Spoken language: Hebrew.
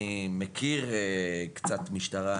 אני מכיר קצת משטרה,